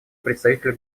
представителю